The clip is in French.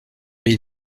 mais